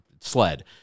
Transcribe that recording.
Sled